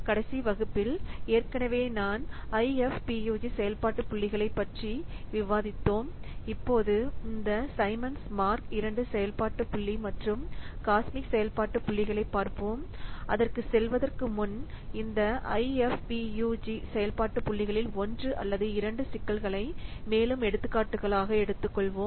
கடைசி வகுப்பில் ஏற்கனவே ஐஎஃப்பியுஜி செயல்பாட்டு புள்ளிகளைப் பற்றி விவாதித்தோம் இப்போது இந்த சைமன்ஸ் மார்க் II செயல்பாட்டு புள்ளி மற்றும் காஸ்மிக் செயல்பாட்டு புள்ளிகளைப் பார்ப்போம் அதற்குச் செல்வதற்கு முன் இந்த ஐஎஃப்பியுஜி செயல்பாட்டு புள்ளிகளில் ஒன்று அல்லது இரண்டு சிக்கல்களை மேலும் எடுத்துக்காட்டுகளாக எடுத்துக்கொள்வோம்